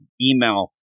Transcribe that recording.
email